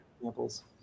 examples